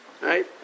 Right